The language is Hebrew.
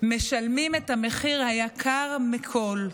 משלמים את המחיר היקר מכול,